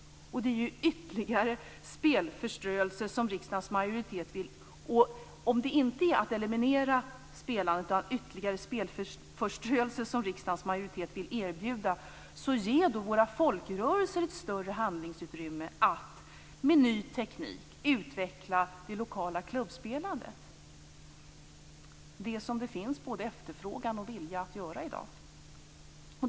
Om det inte är ett eliminerat spelande utan ytterligare spelförströelse som riksdagens majoritet vill erbjuda, ge då våra folkrörelser ett större handlingsutrymme att med ny teknik utveckla det lokala klubbspelandet - det som det finns både efterfrågan på och vilja att göra i dag.